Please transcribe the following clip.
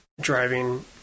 driving